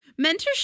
Mentorship